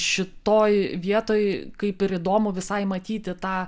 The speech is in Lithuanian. šitoj vietoj kaip ir įdomu visai matyti tą